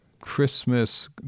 Christmas